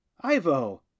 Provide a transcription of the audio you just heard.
Ivo